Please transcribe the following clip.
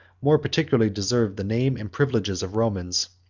more particularly deserved the name and privileges of romans,